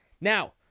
Now